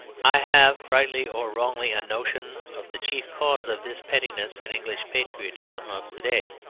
i have, rightly or wrongly, a notion of the chief cause of this pettiness in english patriotism of to-day,